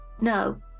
No